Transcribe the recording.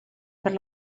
per